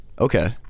okay